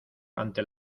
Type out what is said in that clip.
ante